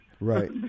Right